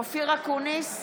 אופיר אקוניס,